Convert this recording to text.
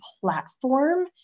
platform